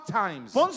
times